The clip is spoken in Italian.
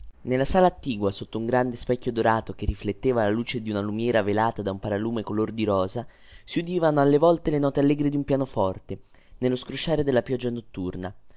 nella sala attigua sotto un grande specchio dorato che rifletteva la luce di una lumiera velata da un paralume color di rosa si udivano alle volte le note allegre di un pianoforte nello scrosciare della pioggia notturna